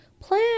plan